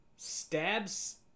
Stabs